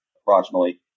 approximately